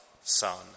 Son